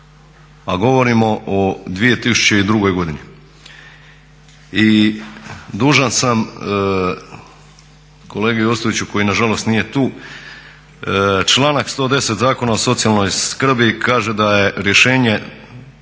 a govorimo o 2002. godini. I dužan sam kolegi Ostojiću koji nažalost nije tu, članak 110. Zakona o socijalnoj skrbi kaže da je rješenje,